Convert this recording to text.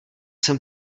jsem